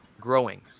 growing